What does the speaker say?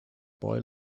boy